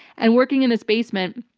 and working in this basement,